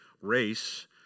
race